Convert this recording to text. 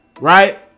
right